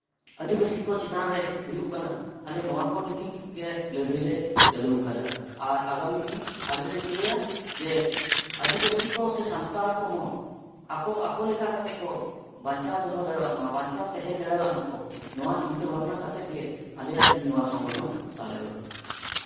ᱟᱹᱫᱤᱵᱟᱹᱥᱤ ᱠᱚ ᱪᱮᱛᱟᱱ ᱨᱮ ᱦᱩᱭᱩᱜ ᱠᱟᱱᱟ ᱟᱞᱮ ᱱᱚᱣᱟ ᱠᱚ ᱞᱟᱹᱜᱤᱫ ᱜᱮ ᱞᱟᱹᱲᱦᱟᱹᱭ ᱞᱮ ᱪᱟᱹᱞᱩᱣ ᱠᱟᱫᱟ ᱟᱨ ᱟᱜᱟᱢᱤ ᱫᱤᱱ ᱟᱞᱮ ᱞᱮ ᱪᱟᱹᱭᱟ ᱡᱮ ᱟᱹᱫᱤᱵᱟᱹᱥᱤ ᱠᱚ ᱥᱮ ᱥᱟᱱᱛᱟᱲ ᱠᱚᱦᱚᱸ ᱟᱠᱚ ᱟᱠᱚ ᱞᱮᱠᱟ ᱠᱟᱛᱮᱜ ᱠᱚ ᱵᱟᱧᱪᱟᱣ ᱫᱚᱦᱚ ᱫᱟᱲᱮᱭᱟᱜ ᱢᱟ ᱵᱟᱧᱪᱟᱣ ᱛᱟᱦᱮᱸ ᱫᱟᱲᱮᱭᱟᱜ ᱢᱟᱠᱚ ᱱᱚᱣᱟ ᱪᱤᱱᱛᱟᱹ ᱵᱷᱟᱵᱽᱱᱟ ᱠᱟᱛᱮᱜ ᱜᱮ ᱟᱞᱮᱭᱟᱜ ᱛᱮᱦᱮᱧ ᱱᱚᱣᱟ ᱥᱚᱝᱜᱚᱴᱷᱚᱱ ᱛᱟᱞᱮ ᱫᱚ